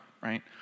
right